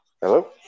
Hello